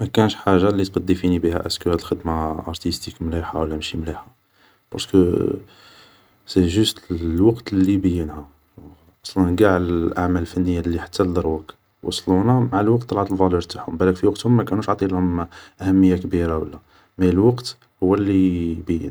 ماكانش حاجت لي تقد ديفيني بيها ايدا هاد الخدمة ارتيستيك مليحة ولا ماشي مليحة, بارسكو سي جوست الوقت الي يبينها, أصلا قاع الاعمال الفنية الي حتى لدروك وصلونا, معا الوقت طلعت فالور تاعهم, بالك في وقتهم ماكانوش عاطيينلهم أهمية كبيرة ولا, مي الوقت الي يبين